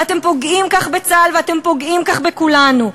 ואתם פוגעים כך בצה"ל, ואתם פוגעים כך בכולנו.